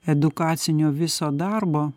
edukacinio viso darbo